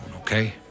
okay